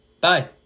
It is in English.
Bye